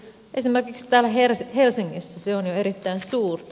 esimerkiksi täällä helsingissä se on jo erittäin suurta